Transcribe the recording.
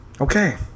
Okay